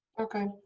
okay